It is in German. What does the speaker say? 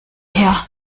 her